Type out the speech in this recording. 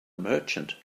merchant